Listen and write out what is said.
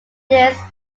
this